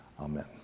Amen